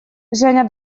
женя